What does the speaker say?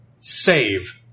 save